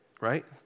right